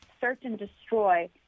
search-and-destroy